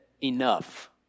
enough